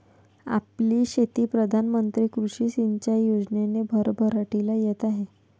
आपली शेती प्रधान मंत्री कृषी सिंचाई योजनेने भरभराटीला येत आहे